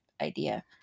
idea